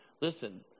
listen